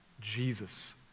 Jesus